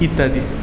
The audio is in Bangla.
ইত্যাদি